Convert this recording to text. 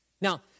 Now